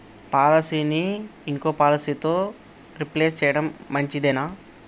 పాలసీని ఇంకో పాలసీతో రీప్లేస్ చేయడం మంచిదేనా?